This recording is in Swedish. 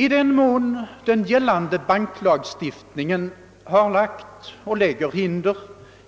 I den mån den gällande banklagstiftningen har lagt och lägger hinder